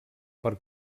per